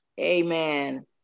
Amen